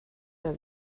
der